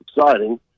exciting